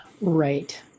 Right